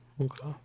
Okay